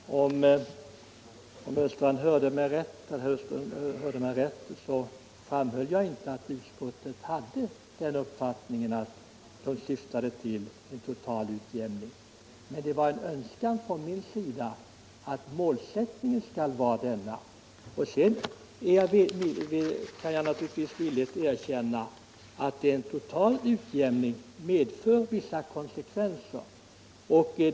Herr talman! Om herr Östrand hade lyssnat på vad jag sade, hade han vetat att jag inte framhöll att utskottet har den uppfattningen att man skall syfta till en total utjämning. Det var en önskan från mig att målsättningen skall vara denna. Sedan kan jag naturligtvis villigt erkänna att en total utjämning medför vissa konsekvenser.